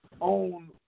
own